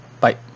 bye